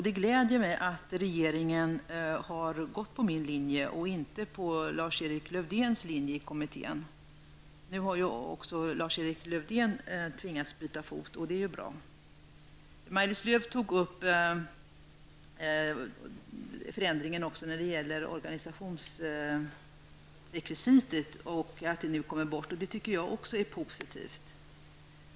Det gläder mig att regeringen har gått på min linje och inte på Lars Erik Lövdéns linje i kommittén. Nu har ju även Lars-Erik Lövdén tvingats byta fot, och det är ju bra. Maj-Lis Lööw tog upp den förändring som borttagandet av organisationsrekvisitet innebär. Det tycker även jag är positivt.